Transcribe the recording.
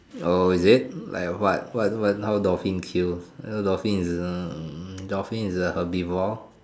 oh is it like what what what how dolphins kill dolphins is hmm dolphins is a herbivore